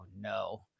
No